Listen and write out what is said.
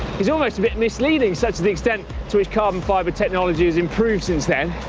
is almost a bit misleading, such to the extent to which carbon fiber technology has improved since then.